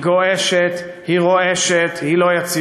היא גועשת, היא רועשת, היא לא יציבה.